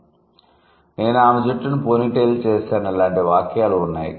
'నేను ఆమె జుట్టును పోనీటెయిల్ చేసాను' లాంటి వాక్యాలు ఉన్నాయి